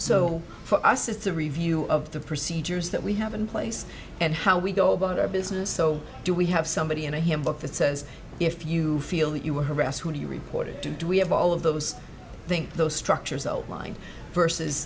so for us it's a review of the procedures that we have in place and how we go about our business so do we have somebody in a hymn book that says if you feel that you were harassed who do you report it to do we have all of those think those structures outlin